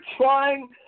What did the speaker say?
trying